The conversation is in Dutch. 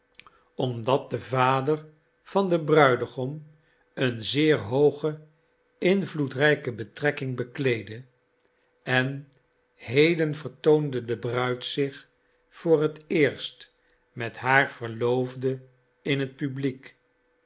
omdat de vader van den bruidegom een zeer hooge invloedrijke betrekking bekleedde en heden vertoonde de bruid zich voor het eerst met haar verloofde in het publiek